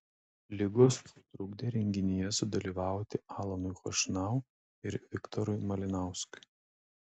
ligos sutrukdė renginyje sudalyvauti alanui chošnau ir viktorui malinauskui